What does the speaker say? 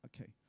Okay